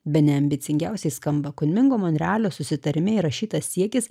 bene ambicingiausiai skamba kulmingo monrealio susitarime įrašytas siekis